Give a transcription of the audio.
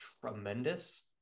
tremendous